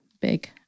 big